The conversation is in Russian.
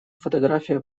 фотография